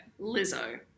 Lizzo